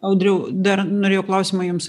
audriau dar norėjau klausimą jums